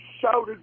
shouted